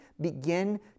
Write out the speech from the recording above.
begin